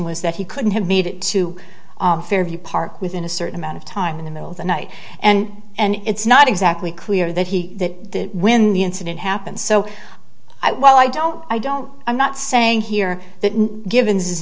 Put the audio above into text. was that he couldn't have made it to fairview park within a certain amount of time in the middle of the night and and it's not exactly clear that he that when the incident happened so i well i don't i don't i'm not saying here that givens